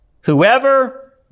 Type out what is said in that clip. Whoever